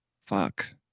fuck